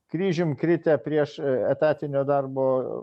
kryžium kritę prieš etatinio darbo